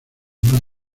más